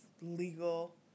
legal